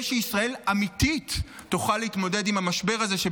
שישראל תוכל להתמודד עם המשבר הזה אמיתית,